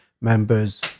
members